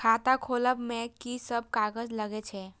खाता खोलब में की सब कागज लगे छै?